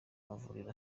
mavuriro